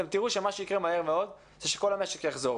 אתם תראו שמה שיקרה מהר מאוד זה שכל המשק יחזור.